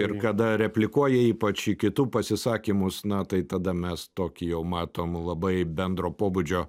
ir kada replikuoja ypač į kitų pasisakymus na tai tada mes tokį jau matom labai bendro pobūdžio